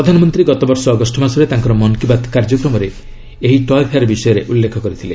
ପ୍ରଧାନମନ୍ତ୍ରୀ ଗତ ବର୍ଷ ଅଗଷ୍ଟ ମାସରେ ତାଙ୍କର ମନ୍ କି ବାତ୍ କାର୍ଯ୍ୟକ୍ରମରେ ଏହି ଟୟେ ଫେୟାର୍ ବିଷୟରେ ଉଲ୍ଲେଖ କରିଥିଲେ